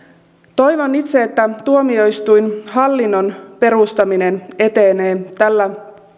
toivon itse että tuomioistuinhallinnon perustaminen etenee tällä